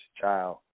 child